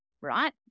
right